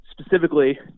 specifically